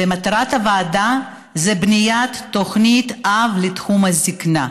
ומטרת הוועדה היא בניית תוכנית אב לתחום הזקנה.